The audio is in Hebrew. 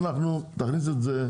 תכניס את זה,